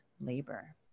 labor